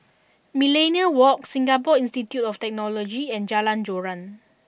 Millenia Walk Singapore Institute of Technology and Jalan Joran